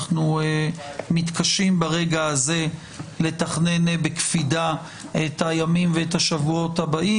אנחנו מתקשים ברגע הזה לתכנן בקפידה את הימים ואת השבועות הבאים.